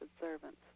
servants